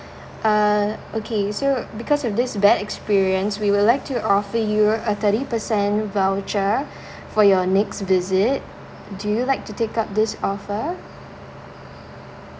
uh okay so because of this bad experience we would like to offer you a thirty percent voucher for your next visit do you like to take up this offer